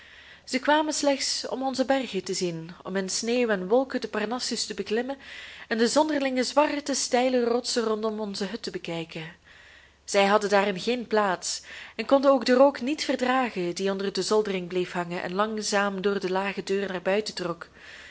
zij kwamen slechts om onze bergen te zien om in sneeuw en wolken den parnassus te beklimmen en de zonderlinge zwarte steile rotsen rondom onze hut te bekijken zij hadden daarin geen plaats en konden ook den rook niet verdragen die onder de zoldering bleef hangen en langzaam door de lage deur naar buiten trok